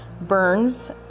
burns